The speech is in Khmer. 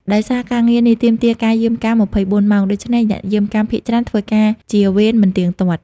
ដោយសារការងារនេះទាមទារការយាមកាម ២៤ ម៉ោង ដូច្នេះអ្នកយាមកាមភាគច្រើនធ្វើការជាវេនមិនទៀងទាត់។